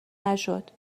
نشد